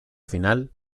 final